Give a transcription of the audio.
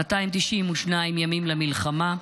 292 ימים למלחמה,